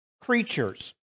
creatures